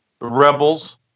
Rebels